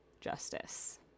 justice